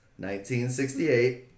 1968